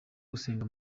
gusenga